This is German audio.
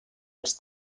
als